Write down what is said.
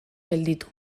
gelditu